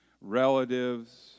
relatives